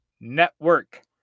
Network